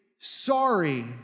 sorry